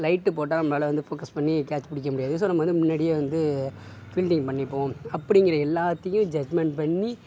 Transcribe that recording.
light போட்டால் நம்மளால் வந்து ஃபோக்கஸ் பண்ணி கேச் பிடிக்க முடியாது ஸோ நம்ம வந்து முன்னாடியே வந்து ஃபீல்டிங் பண்ணிப்போம் அப்படீங்குற எல்லாத்தையும் ஜஜ்மென்ட் பண்ணி